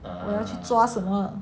我要去抓什么